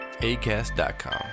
acast.com